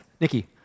Nikki